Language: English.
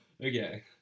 Okay